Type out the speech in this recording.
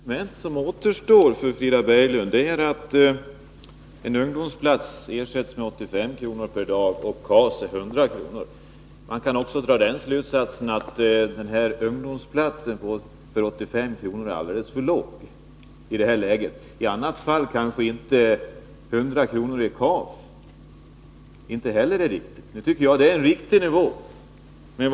Herr talman! Det argument som återstår för Frida Berglund är att en ungdomsplats ger 85 kr. per dag medan KAS ger 100 kronor. Man kunde lika gärna dra slutsatsen att 85 kr. är alldeles för litet för en ungdomsplats i detta läge, om nu 100 kr. för KAS är riktigt, som jag tycker det är.